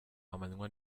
amanywa